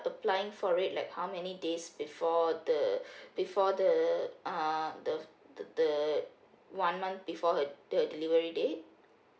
applying for it like how many days before the before the uh the the the one month before her her delivery date